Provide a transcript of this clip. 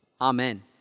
Amen